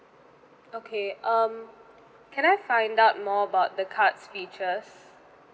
okay um can I find out more about the cards' features